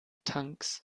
tanks